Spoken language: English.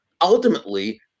ultimately